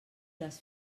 les